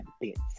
bits